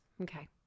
Okay